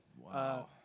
Wow